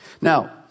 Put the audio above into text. Now